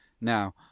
Now